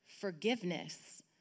forgiveness